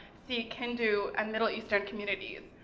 sikh, hindu, and middle eastern communities?